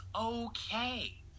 okay